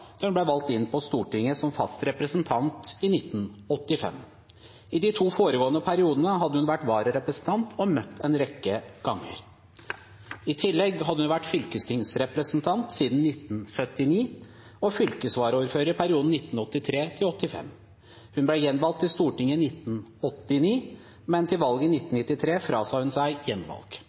da hun ble valgt inn på Stortinget som fast representant i 1985. I de to foregående periodene hadde hun vært vararepresentant og møtt en rekke ganger. I tillegg hadde hun vært fylkestingsrepresentant siden 1979 og fylkesvaraordfører i perioden 1983–1985. Hun ble gjenvalgt til Stortinget i 1989, men til valget i 1993 frasa hun seg